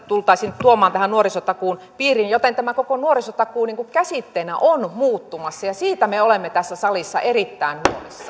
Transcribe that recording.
tultaisiin tuomaan tähän nuorisotakuun piiriin joten tämä koko nuorisotakuu käsitteenä on muuttumassa siitä me olemme tässä salissa erittäin huolissamme